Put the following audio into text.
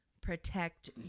protect